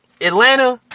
Atlanta